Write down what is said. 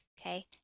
Okay